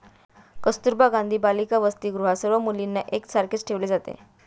कस्तुरबा गांधी बालिका वसतिगृहात सर्व मुलींना एक सारखेच ठेवले जाते